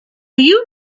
you